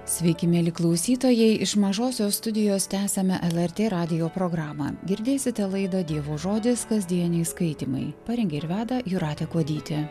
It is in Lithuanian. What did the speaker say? sveiki mieli klausytojai iš mažosios studijos tęsiame lrt radijo programą girdėsite laidą dievo žodis kasdieniai skaitymai parengė ir veda jūratė kuodytė